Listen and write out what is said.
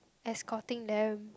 escort them